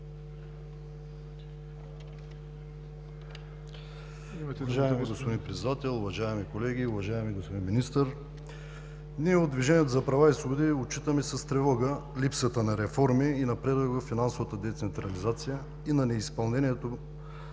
Уважаеми господин Председател, уважаеми колеги, уважаеми господин Министър! Ние от Движението за права и свободи отчитаме с тревога липсата на реформи и напредък във финансовата децентрализация и на неизпълнението